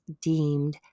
deemed